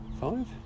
Five